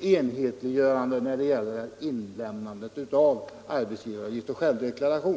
enhetliga regler för inlämnandet av arbetsgivaruppgift och självdeklaration.